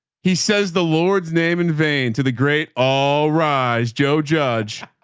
he says the lord's name in vain to the great all rise, joe judge.